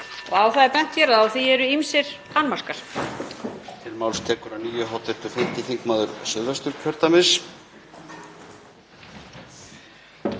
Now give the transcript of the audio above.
og á það er bent hér að á því eru ýmsir annmarkar.